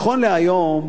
היום